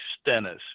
Stennis